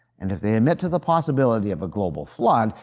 and if they admit to the possibility of a global flood,